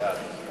בעד.